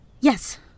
Yes